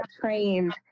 trained